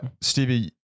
Stevie